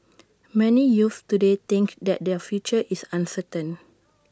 many youths today think that their future is uncertain